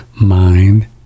mind